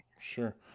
sure